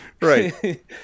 right